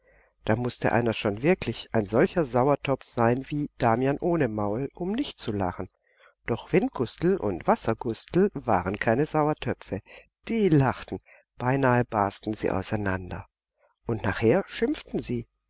da mußte einer schon wirklich ein solcher sauertopf sein wie damian ohne maul um nicht zu lachen doch windgustel und wassergustel waren keine sauertöpfe die lachten beinahe barsten sie auseinander und nachher schimpften sie